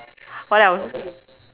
what else